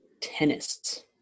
tennis